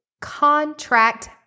contract